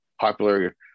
popular